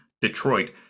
Detroit